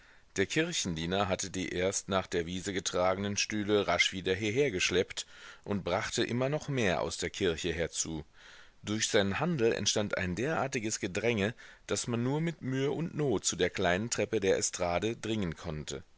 der kirchendiener hatte die erst nach der wiese getragenen stühle rasch wieder hierhergeschleppt und brachte immer noch mehr aus der kirche herzu durch seinen handel entstand ein derartiges gedränge daß man nur mit mühe und not zu der kleinen treppe der estrade dringen konnte